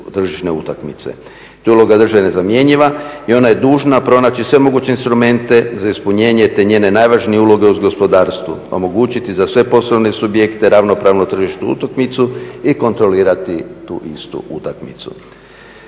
tržišne utakmice. Tu je uloga države nezamjenjiva i ona je dužna pronaći sve moguće instrumente za ispunjenje te njezine najvažnije uloge u gospodarstvu, omogućiti za sve poslovne subjekte ravnopravnu tržišnu utakmicu i kontrolirati tu istu utakmici.